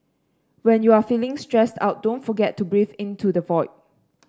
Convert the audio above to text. when you are feeling stressed out don't forget to breathe into the void